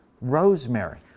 rosemary